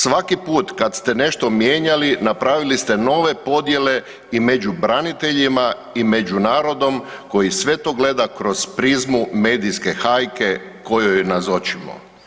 Svaki put kad ste nešto mijenjali napravili ste nove podjele i među braniteljima i među narodom koji sve to gleda kroz prizmu medijske hajke kojoj nazočimo.